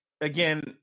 again